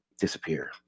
disappear